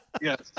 Yes